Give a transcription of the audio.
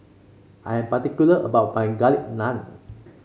I am particular about my Garlic Naan